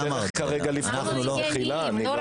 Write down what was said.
זה לא